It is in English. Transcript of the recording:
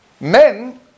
men